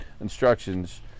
instructions